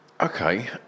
okay